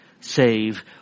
save